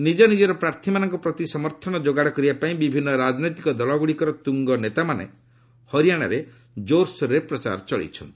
ନିଜ ନିଜର ପ୍ରାର୍ଥୀମାନଙ୍କ ପ୍ରତି ସମର୍ଥନ ଯୋଗାଡ଼ କରିବା ପାଇଁ ବିଭିନ୍ନ ରାଜନୈତିକ ଦଳଗୁଡ଼ିକର ତୁଙ୍ଗନେତାମାନେ ହରିଆଣାରେ ପ୍ରଚାର ଚଳାଇଛନ୍ତି